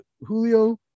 Julio